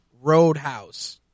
Roadhouse